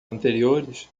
anteriores